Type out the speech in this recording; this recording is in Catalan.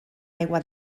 aigua